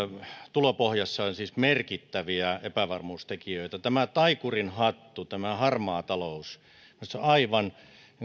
tulopohjissa on siis merkittäviä epävarmuustekijöitä tämä taikurin hattu tämä harmaa talous on aivan